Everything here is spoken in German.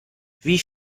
wie